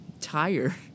tire